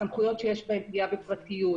סמכויות שיש בהן פגיעה בפרטיות,